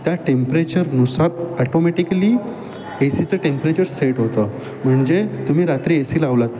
त्या टेम्परेचरनुसार ऑटोमॅटिकली एसीचं टेम्परेचर सेट होतं म्हणजे तुम्ही रात्री एसी लावलात